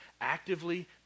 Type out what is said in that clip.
actively